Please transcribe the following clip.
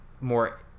more